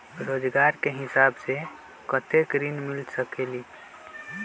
रोजगार के हिसाब से कतेक ऋण मिल सकेलि?